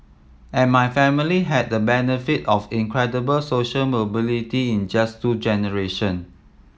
and my family had the benefit of incredible social mobility in just two generation